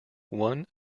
one